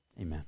amen